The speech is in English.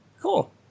Cool